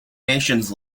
nations